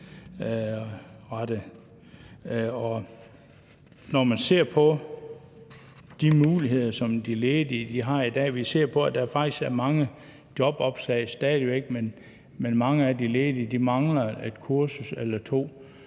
Når man ser på de muligheder, som de ledige har i dag, og man ser på, at der faktisk stadig væk er mange jobopslag, men at mange af de ledige mangler et kursus eller to,